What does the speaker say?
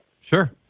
sure